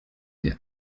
der